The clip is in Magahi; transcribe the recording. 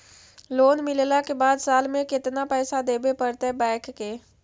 लोन मिलला के बाद साल में केतना पैसा देबे पड़तै बैक के?